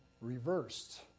reversed